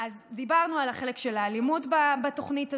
אז דיברנו על החלק של האלימות בתוכנית הזו,